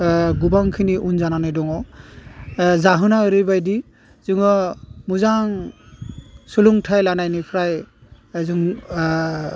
गुबां खिनि उन जानानै दङ जाहोना ओरैबायदि जोङो मोजां सोलोंथाइ लानायनिफ्राय जों